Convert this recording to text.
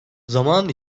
zaman